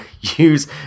Use